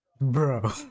bro